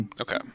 okay